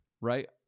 right